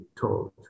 told